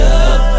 up